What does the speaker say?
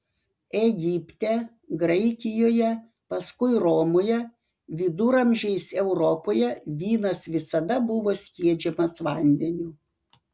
egipte graikijoje paskui romoje viduramžiais europoje vynas visada buvo skiedžiamas vandeniu